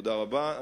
תודה רבה.